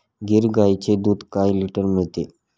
गीर गाईचे दूध काय लिटर मिळते?